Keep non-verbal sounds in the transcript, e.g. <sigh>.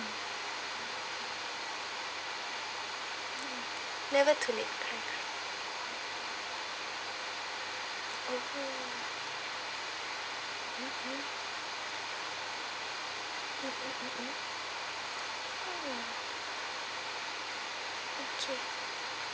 never too late to <noise>